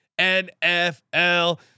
NFL